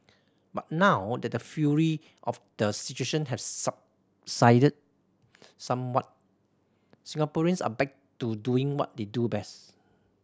but now that the fury of the situation have subsided somewhat Singaporeans are back to doing what they do best